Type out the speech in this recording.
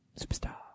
Superstar